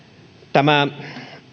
tämä